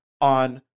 on